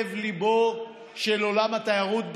לב-ליבו של עולם התיירות,